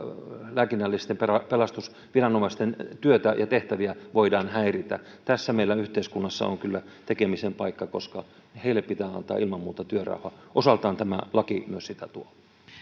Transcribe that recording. lääkinnällisten pelastusviranomaisten työtä ja tehtäviä voidaan häiritä tässä meillä yhteiskunnassa on kyllä tekemisen paikka koska heille pitää antaa ilman muuta työrauha osaltaan tämä laki myös sitä tuo